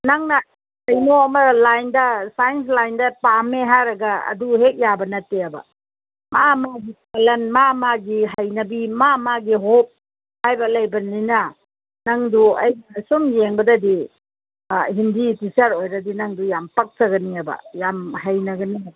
ꯅꯪꯅ ꯀꯩꯅꯣ ꯑꯃ ꯂꯥꯏꯟꯗ ꯁꯥꯏꯟꯁ ꯂꯥꯏꯟꯗ ꯄꯥꯝꯃꯦ ꯍꯥꯏꯔꯒ ꯑꯗꯨ ꯍꯦꯛ ꯌꯥꯕ ꯅꯠꯇꯦꯕ ꯑꯥ ꯃꯥꯒꯤ ꯇꯦꯂꯦꯟ ꯃꯥ ꯃꯥꯒꯤ ꯍꯩꯅꯕꯤ ꯃꯥ ꯃꯥꯒꯤ ꯍꯣꯞ ꯍꯥꯏꯕ ꯂꯩꯕꯅꯤꯅ ꯅꯪꯕꯨ ꯑꯩꯅ ꯁꯨꯝ ꯌꯦꯡꯕꯗꯗꯤ ꯑꯥ ꯍꯤꯟꯗꯤ ꯇꯤꯆꯔ ꯑꯣꯏꯔꯗꯤ ꯅꯪꯗꯨ ꯌꯥꯝ ꯄꯛꯆꯒꯅꯤ ꯍꯥꯏꯕ ꯌꯥꯝ ꯍꯩꯅꯒꯅꯤ ꯍꯥꯏꯕ